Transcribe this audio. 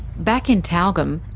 back in tyalgum,